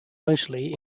mostly